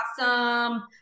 awesome